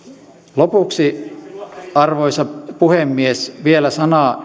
lopuksi arvoisa puhemies vielä sana